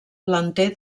planter